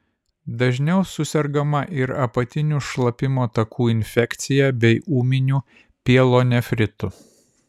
dažniau susergama ir apatinių šlapimo takų infekcija bei ūminiu pielonefritu